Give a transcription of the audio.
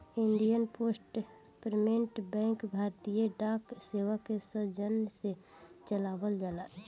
Indian Post Payment Bank भारतीय डाक सेवा के सौजन्य से चलावल जाला